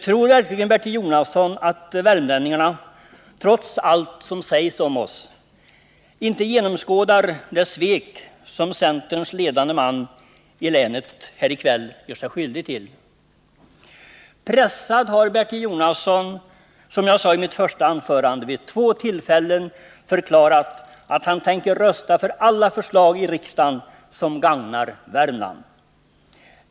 Tror verkligen Bertil Jonasson att värmlänningarna, trots allt som sägs om oss, inte genomskådar det svek som centerns ledande man i länet här i kväll gjort sig skyldig till? Pressad har Bertil Jonasson, som jag sade i mitt första anförande, vid två tillfällen förklarat att han tänker rösta för alla förslag i riksdagen som gagnar Värmland.